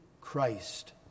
Christ